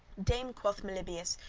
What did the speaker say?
dame, quoth meliboeus,